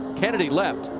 kennedy left.